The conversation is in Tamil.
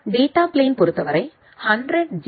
டேட்டா பிளேன் பொறுத்தவரை 100 ஜி